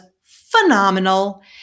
phenomenal